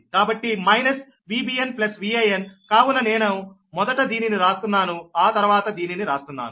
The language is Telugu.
కాబట్టి మైనస్ Vbn Van కావున నేను మొదట దీనిని రాస్తున్నాను ఆ తర్వాత దీనిని రాస్తున్నాను